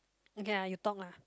okay ah you talk ah